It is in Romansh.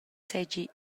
seigi